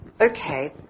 okay